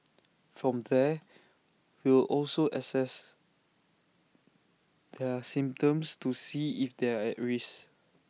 from there we'll also assess their symptoms to see if they're at risk